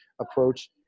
approach